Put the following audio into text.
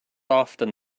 often